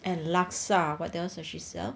and laksa what else does she sell